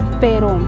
pero